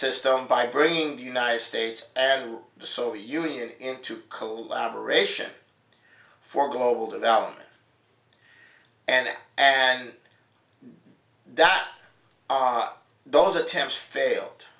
system by bringing the united states and the soviet union into collaboration for global development and it and that op those attempts